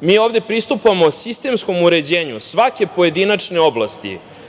Mi ovde pristupamo sistemskom uređenju svake pojedinačne oblasti,